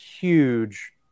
huge